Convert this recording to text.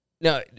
Now